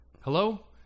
hello